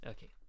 Okay